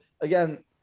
again